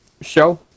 Show